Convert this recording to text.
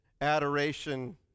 adoration